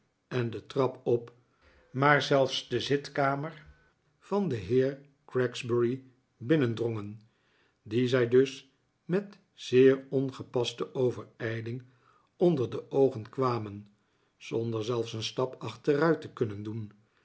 en de trap op maar zelfs de zitkamer van den heer gregsbury binnen drongen dien zij dus met zeer ongepaste overijling onder de oogen kwamen zonder zelfs een stap achteruit te kunnen doen